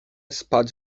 spać